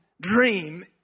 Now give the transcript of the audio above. dream